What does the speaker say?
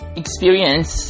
experience